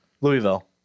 Louisville